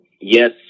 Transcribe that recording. Yes